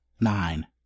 nine